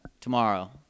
Tomorrow